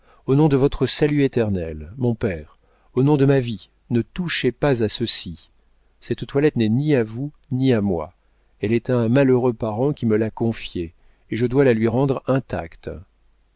au nom de votre salut éternel mon père au nom de ma vie ne touchez pas à ceci cette toilette n'est ni à vous ni à moi elle est à un malheureux parent qui me l'a confiée et je dois la lui rendre intacte